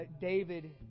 David